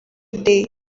day